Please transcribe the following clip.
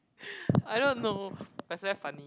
I don't know but it's very funny